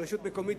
רשות מקומית,